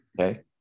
Okay